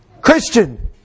Christian